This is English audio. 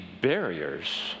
barriers